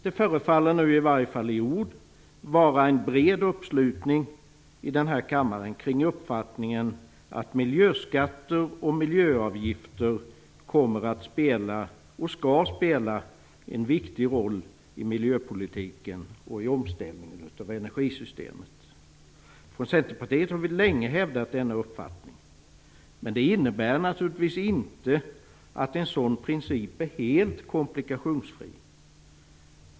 Det förefaller nu, i varje fall i ord, finnas en bred uppslutning i kammaren kring uppfattningen att miljöskatter och miljöavgifter kommer att spela - och skall spela - en viktig roll i miljöpolitiken och i omställningen av energisystemet. Vi i Centerpartiet har länge hävdat denna uppfattning. Det innebär naturligtvis inte att en sådan princip är helt komplikationsfri.